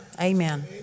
Amen